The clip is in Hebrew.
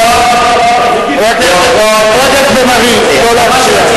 חבר הכנסת בן-ארי, לא להפריע.